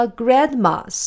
grandmas